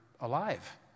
alive